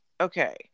okay